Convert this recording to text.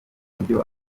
buryo